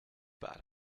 bad